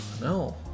no